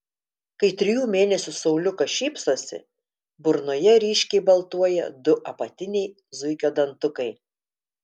kai trijų mėnesių sauliukas šypsosi burnoje ryškiai baltuoja du apatiniai zuikio dantukai